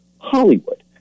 Hollywood